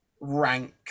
rank